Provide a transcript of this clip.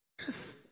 Yes